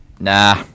nah